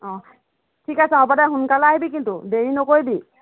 অঁ ঠিক আছে হ'ব দে সোনকালে আহিবি কিন্তু দেৰি নকৰিবি